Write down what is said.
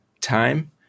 time